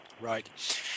Right